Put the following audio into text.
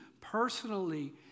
personally